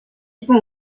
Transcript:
sont